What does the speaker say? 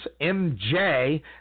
MJ